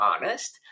honest